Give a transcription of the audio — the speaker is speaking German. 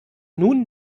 nun